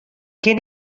kin